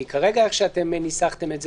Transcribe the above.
כי כפי שניסחתם את זה,